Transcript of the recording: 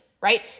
right